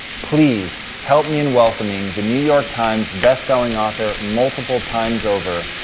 please help me in welcoming the new york times best selling author multiple times over,